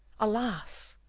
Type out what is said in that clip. alas!